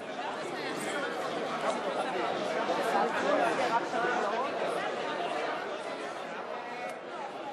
הצעת סיעות בל"ד חד"ש רע"ם-תע"ל להביע אי-אמון בממשלה לא נתקבלה.